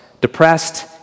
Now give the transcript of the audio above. depressed